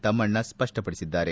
ತಮ್ಮಣ್ಣ ಸ್ಪಷ್ಟಪಡಿಸಿದ್ದಾರೆ